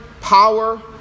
power